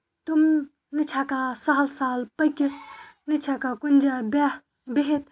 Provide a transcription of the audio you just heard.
تِم نہ چھِ ہیٚکان سَہل سَہل پٔکِتھ نہ چھِ ہیٚکان کُنہِ جایہِ بیٚہہ بِہتھ